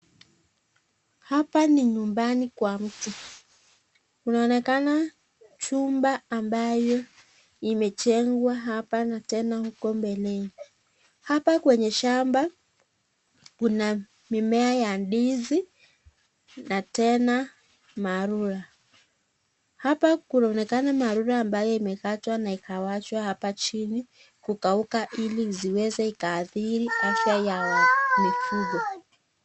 Hapa ni nyumbani kwa mtu, kunaonekana chumba ambayo imejengwa hapa na tena huko mbele, hapa kwenye shamba kuna mimea ya ndizi na tena maua, hapa kunaonekana maua ambayo imekwatwa na ikawachwa hapa chini kukauka ili isiweze ikaadhiri afya ya mifugo.